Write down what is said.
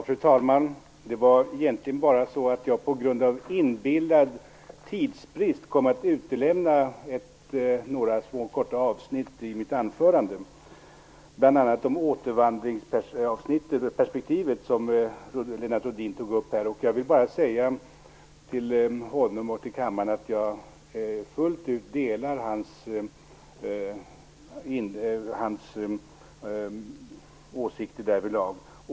Fru talman! Det var egentligen så att jag på grund av inbillad tidsbrist kom att utelämna några korta avsnitt i mitt anförande, bl.a. det om återvandringsperspektivet, som Lennart Rohdin tog upp. Jag vill till honom säga att jag fullt ut delar hans åsikt därvidlag.